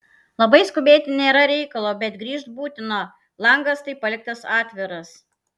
labai skubėti nėra reikalo bet grįžt būtina langas tai paliktas atviras